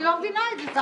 אני לא מבינה את זה.